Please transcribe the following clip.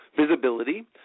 visibility